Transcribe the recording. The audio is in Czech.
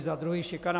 Za druhé, šikana.